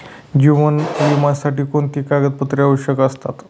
जीवन विम्यासाठी कोणती कागदपत्रे आवश्यक असतात?